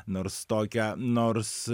nors tokią nors